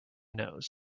nose